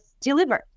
delivered